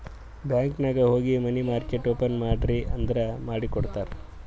bank ನಾಗ್ ಹೋಗಿ money market open ಮಾಡ್ರಿ ಅಂದುರ್ ಮಾಡಿ ಕೊಡ್ತಾರ್